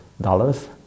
dollars